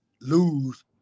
lose